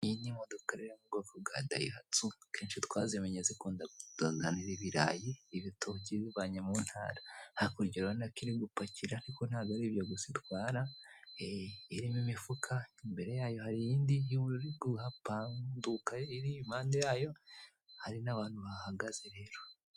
Iyi ni imodoka yo mu bwoko bwa dayihatsu, akenshi twazimenye zikunda kutuzanira ibirayi, ibitoki ibivanye mu ntara, hakurya urabona ko iri gupakira ariko ntabwo ari ibyo gusa itwara, irimo imifuka, imbere yayo hari iyindi y'ubururu iri kuhapanduka iri impande yayo, hari n'abantu bahagaze rero.